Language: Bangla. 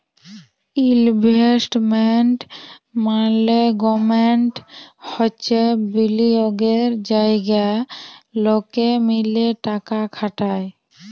ইলভেস্টমেন্ট মাল্যেগমেন্ট হচ্যে বিলিয়গের জায়গা লকে মিলে টাকা খাটায়